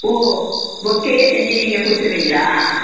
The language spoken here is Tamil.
ஓ பொக்கேயே செஞ்சு நீங்கக் கொடுத்துருவீங்களா